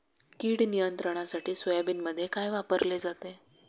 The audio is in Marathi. कीड नियंत्रणासाठी सोयाबीनमध्ये काय वापरले जाते?